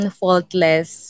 faultless